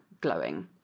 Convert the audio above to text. glowing